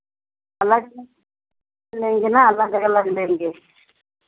अलग की लेंगे न अलग अलग लेंगे